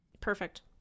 Perfect